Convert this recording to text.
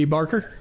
Barker